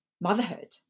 motherhood